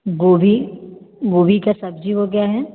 गोभी गोभी का सब्ज़ी हो गया है